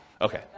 Okay